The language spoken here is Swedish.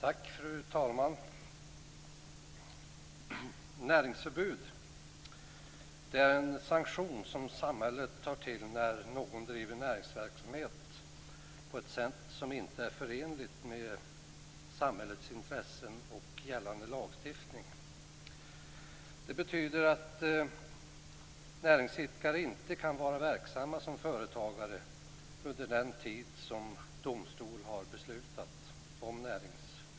Fru talman! Näringsförbud är en sanktion som samhället tar till när någon driver näringsverksamhet på ett sätt som inte är förenligt med samhällets intressen och gällande lagstiftning. Det betyder att näringsidkare inte får vara verksam som företagare under den tid som domstol har beslutat om näringsförbud.